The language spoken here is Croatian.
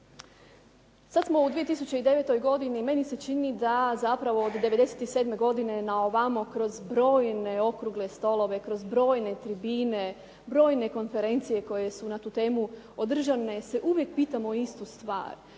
Sad smo u 2009. godini. Meni se čini da zapravo od '97. godine na ovamo kroz brojne okrugle stolove, kroz brojne tribine, brojne konferencije koje su na temu održane, se uvijek pitamo istu stvar,